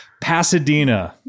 Pasadena